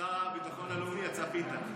ששר הביטחון הלאומי יצא פיתה.